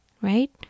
Right